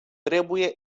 trebuie